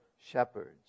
shepherds